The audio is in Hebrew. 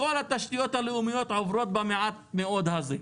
כל התשתיות הלאומיות עוברות במעט מאוד הזה.